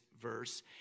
verse